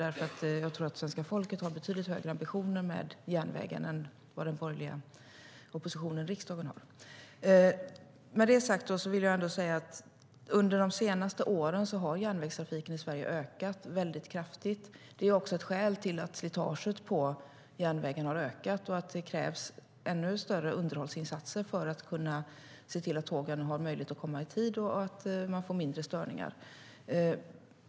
Jag tror nämligen att svenska folket har betydligt högre ambitioner för järnvägen än den borgerliga oppositionen i riksdagen har. Med det sagt vill jag ändå säga att järnvägstrafiken i Sverige har ökat väldigt kraftigt under de senaste åren. Det är också ett skäl till att slitaget på järnvägen har ökat och att det krävs ännu större underhållsinsatser för att se till att tågen har möjlighet att komma i tid och att man får mindre störningar.